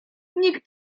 nikt